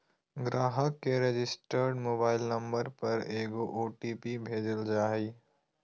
ग्राहक के registered mobile number पर एगो ओ.टी.पी भेजल जा हइ